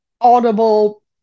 Audible